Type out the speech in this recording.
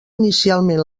inicialment